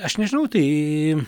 aš nežinau tai